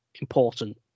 important